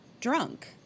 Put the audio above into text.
drunk